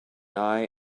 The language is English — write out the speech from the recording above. eye